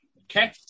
okay